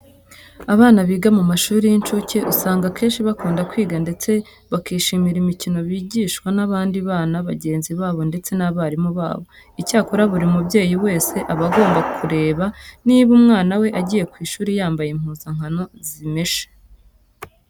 Abana biga mu mashuri y'incuke usanga akenshi bakunda kwiga ndetse bakishimira imikino bigishwa n'abandi bana bagenzi babo ndetse n'abarimu babo. Icyakora buri mubyeyi wese aba agomba kureba niba umwana we agiye ku ishuri yambaye impuzankano zimeshe.